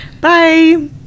Bye